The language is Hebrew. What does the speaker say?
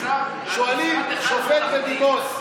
שואלים שופט בדימוס,